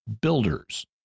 builders